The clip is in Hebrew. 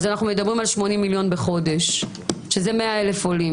אנחנו מדברים על 80,000,000 ₪ בחודש ל-100,000 עולים,